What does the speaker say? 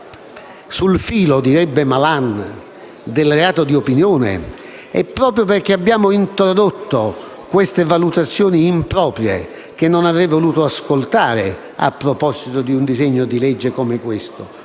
sul filo - direbbe Malan - del reato di opinione, è proprio perché abbiamo introdotto queste valutazioni improprie, che non avrei voluto ascoltare a proposito di un disegno di legge come questo,